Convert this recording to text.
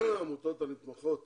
העמותות הנתמכות